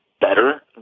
better